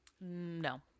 No